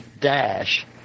dash